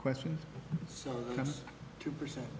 question so two percent